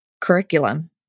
curriculum